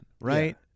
right